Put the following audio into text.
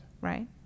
right